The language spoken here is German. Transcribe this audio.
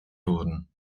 wurden